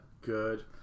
good